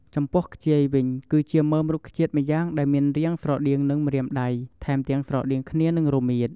ចំពោះខ្ជាយវិញ គឺជាមើមរុក្ខជាតិម្យ៉ាងដែលមានរាងស្រដៀងនឹងម្រាមដៃ ថែមទាំងស្រដៀងគ្នានឹងរមៀត។